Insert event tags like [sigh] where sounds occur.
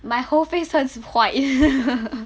my whole face turns white [laughs]